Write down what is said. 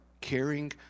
caring